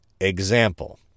Example